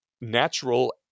natural